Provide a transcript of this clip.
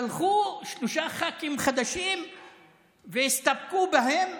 שלחו שלושה ח"כים חדשים והסתפקו בהם.